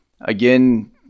Again